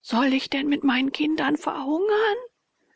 soll ich denn mit meinen kindern verhungern